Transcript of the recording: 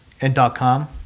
and.com